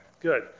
good